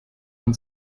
man